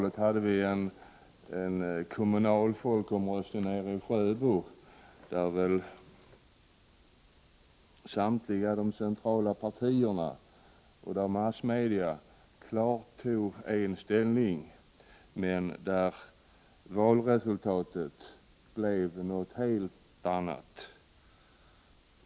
En sådan folkomröstning gjordes i Sjöbo, där väl samtliga de centrala partierna och massmedia hade en uppfattning men där valresultatet blev något helt annat.